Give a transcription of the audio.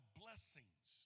blessings